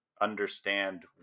understand